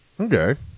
Okay